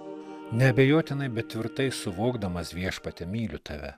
neabejotinai bet tvirtai suvokdamas viešpatie myliu tave